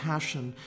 Passion